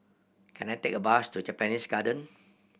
can I take a bus to Japanese Garden